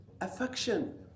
Affection